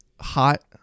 hot